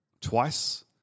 twice